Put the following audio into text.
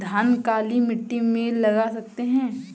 धान काली मिट्टी में लगा सकते हैं?